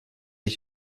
ich